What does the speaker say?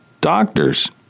doctors